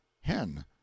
hen